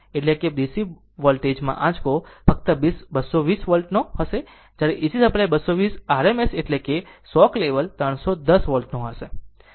એટલે કે આ DC વોલ્ટેજ માં આંચકો ફક્ત 220 વોલ્ટ નો હશે AC સપ્લાય 220 વોલ્ટ RMS એટલે કે r શોક લેવલ 310 વોલ્ટ હશે